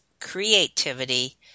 creativity